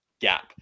gap